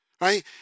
Right